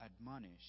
admonish